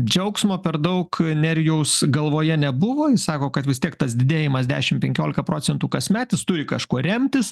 džiaugsmo per daug nerijaus galvoje nebuvo jis sako kad vis tiek tas didėjimas dešimt penkiolika procentų kasmet jis turi kažkuo remtis